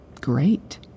great